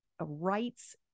rights